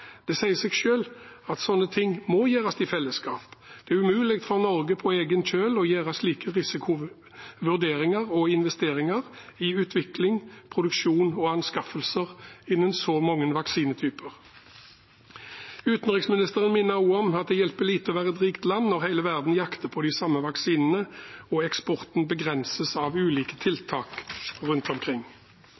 Det sier seg selv at sånne ting må gjøres i fellesskap. Det er umulig for Norge på egen kjøl å gjøre slike risikovurderinger og investeringer i utvikling, produksjon og anskaffelser innen så mange vaksinetyper. Utenriksministeren minnet også om at det hjelper lite å være et rikt land når hele verden jakter på de samme vaksinene og eksporten begrenses av ulike tiltak rundt omkring.